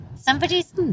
Somebody's